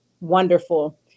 Wonderful